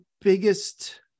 biggest